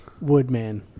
Woodman